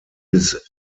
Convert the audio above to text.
bis